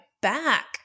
back